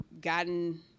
gotten